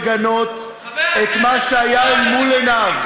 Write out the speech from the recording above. שלושה ימים לקח לו לגנות את מה שהיה אל מול עיניו,